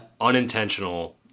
Unintentional